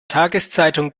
tageszeitung